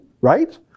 Right